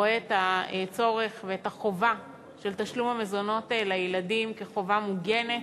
רואה את הצורך ואת החובה של תשלום המזונות לילדים כחובה מוגנת.